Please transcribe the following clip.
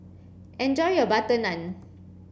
enjoy your butter Naan